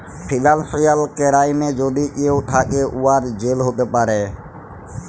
financial কেরাইমে যদি কেউ থ্যাকে, উয়ার জেল হ্যতে পারে